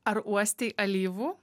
ar uostei alyvų